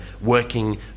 working